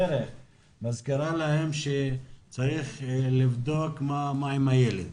מזכירה להם שצריך לבדוק מה עם הילד.